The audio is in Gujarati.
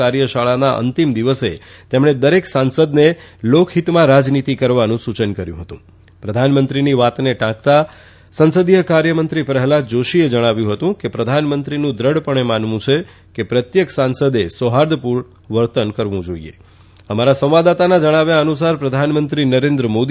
કાર્યશાળાના અંતિમ દિવસે તેમણે દરેક સાંસદને લોકઠીતમાં રાજનીતિ કરવા સૂચન કર્યું હતું વાતને ટાંકતા સંસદીય કાર્ય મંત્રી પ્રહલાદ જાષીએ જણાવ્યું હતું કે પ્રધાનમંત્રીનું દૃઢપણે માનવું છે કે પ્રત્યેક સાંસદે સૌહાર્દપૂર્ણ વર્તન કરવું જાઈએઅમારા સંવાદદાતાના જણાવ્યા અનુસાર પ્રધાનમંત્રી નરેન્દ્ર મોદીએ